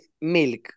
milk